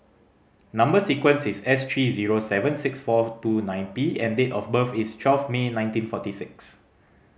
number sequence is S three zero seven six four two nine P and date of birth is twelve May nineteen forty six